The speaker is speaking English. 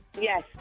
Yes